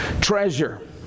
treasure